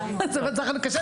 קשה, קשה לשמוע את זה.